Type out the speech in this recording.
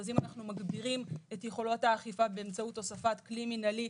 אז אם אנחנו מגבירים את יכולות האכיפה באמצעות הוספת כלי מנהלי,